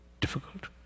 difficult